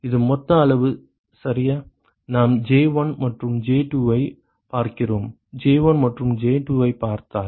இது மொத்த அளவு சரியா நாம் J1 மற்றும் J2 ஐ பார்க்கிறோம் J1 மற்றும் J2 ஐப் பார்ப்பதால்